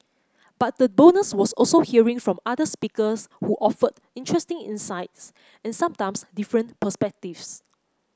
but the bonus was also hearing from other speakers who offered interesting insights and sometimes different perspectives